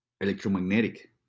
electromagnetic